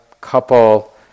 couple